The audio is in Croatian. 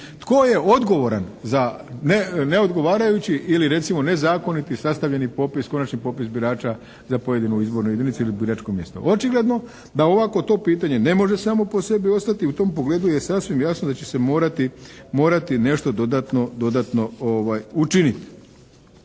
Tko je odgovoran za neodgovorajući ili recimo nezakoniti sastavljeni popis, konačni popis birača za pojedinu izbornu jedinicu ili biračko mjesto. Očigledno da ovako to pitanje ne može samo po sebi ostati. U tom pogledu je sasvim jasno da će se morati nešto dodatno učiniti.